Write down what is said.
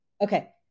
Okay